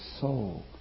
soul